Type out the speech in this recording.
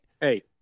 Hey